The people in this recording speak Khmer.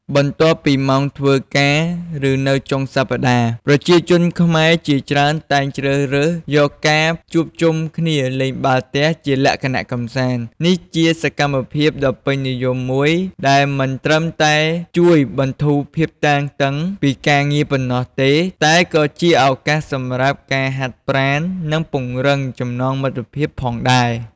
បន្ទាប់ពីម៉ោងធ្វើការ ឬនៅចុងសប្ដាហ៍ ប្រជាជនខ្មែរជាច្រើនតែងជ្រើសរើសយកការជួបជុំគ្នាលេងបាល់ទះជាលក្ខណៈកម្សាន្ត នេះជាសកម្មភាពដ៏ពេញនិយមមួយដែលមិនត្រឹមតែជួយបន្ធូរភាពតានតឹង ពីការងារប៉ុណ្ណោះទេ តែក៏ជាឱកាសសម្រាប់ការហាត់ប្រាណនិងពង្រឹងចំណងមិត្តភាពផងដែរ។